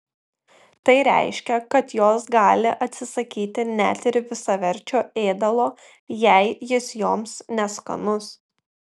tai reiškia kad jos gali atsisakyti net ir visaverčio ėdalo jei jis joms neskanus